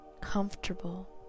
comfortable